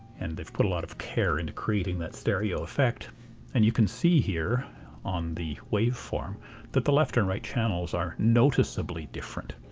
and they've put a lot of care into creating that stereo effect and you can see here on the waveform that the left and right channels are noticeably different.